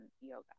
yoga